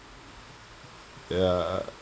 ya uh